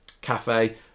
cafe